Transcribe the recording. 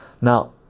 now